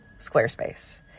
Squarespace